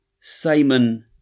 Simon